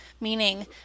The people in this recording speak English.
meaning